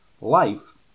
life